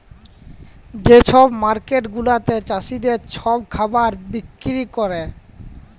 যে ছব মার্কেট গুলাতে চাষীদের ছব খাবার বিক্কিরি ক্যরে